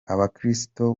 abakristo